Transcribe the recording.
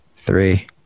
three